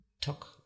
talk